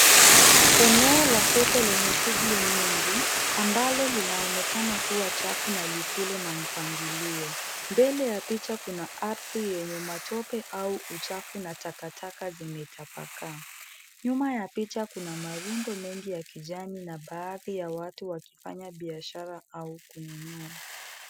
Eneo la soko lenye shughuli nyingine ambalo linaonekana kuwa chafu na lisilo na mpangilio. Mbele ya picha kuna ardhi yenye matope au uchafu na takataka zimetapakaa. Nyuma ya picha kuna marundo mengi ya kijani na baadhi ya watu wakifanya biashara au kununua.